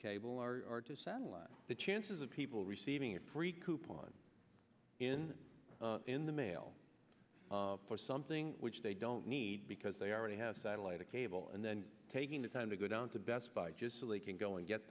cable are to satellite the chances of people receiving it preclude pawn in in the mail for something which they don't need because they already have satellite a cable and then taking the time to go down to best buy just so they can go and get